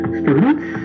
students